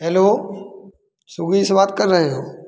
hello सुगी से बात कर रहे हो